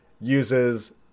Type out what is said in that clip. uses